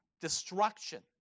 destruction